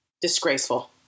Disgraceful